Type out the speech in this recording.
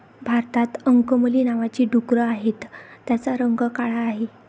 भारतात अंकमली नावाची डुकरं आहेत, त्यांचा रंग काळा आहे